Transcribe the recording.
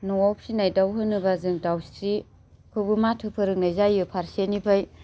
न'आव फिसिनाय दाउ होनोबा जों दाउस्रिखौबो माथो फोरोंनाय जायो फारसेनिफ्राय